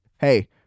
hey